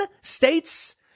states